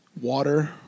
Water